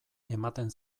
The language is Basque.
ematen